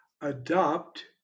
adopt